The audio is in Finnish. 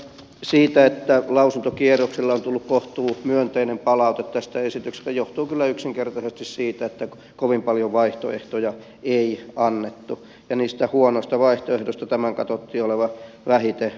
se että lausuntokierroksella on tullut kohtuumyönteinen palaute tästä esityksestä johtuu kyllä yksinkertaisesti siitä että kovin paljon vaihtoehtoja ei annettu ja niistä huonoista vaihtoehdoista tämän katsottiin olevan vähiten huono